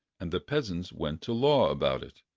and the peasants went to law about it,